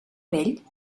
vell